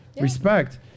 Respect